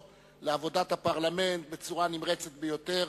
לעבודת הפרלמנט בצורה נמרצת ביותר.